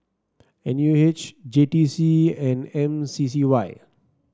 N U H J T C and M C C Y